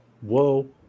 Whoa